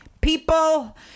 people